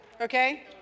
Okay